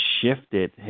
shifted